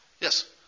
Yes